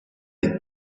the